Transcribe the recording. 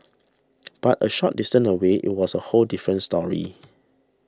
but a short distance away it was a whole different story